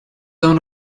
own